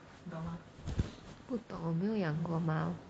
不懂我没有养过猫